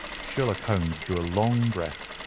sherlock holmes drew a long breath,